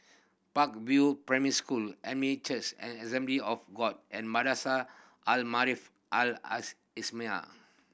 Park View Primary School Elim Church and Assembly of God and Madrasah Al Maarif Al Islamiah